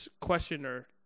questioner